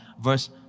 verse